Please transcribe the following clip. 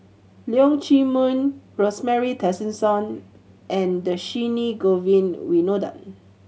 Leong Chee Mun Rosemary Tessensohn and Dhershini Govin Winodan